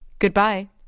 Goodbye